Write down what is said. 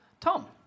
Tom